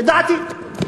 לדעתי,